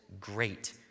great